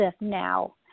now